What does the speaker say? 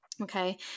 okay